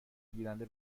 گیرنده